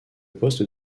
poste